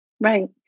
Right